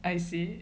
I see